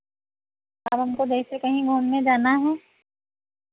अब हमको जैसे कहीं घूमने जाना है